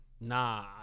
Nah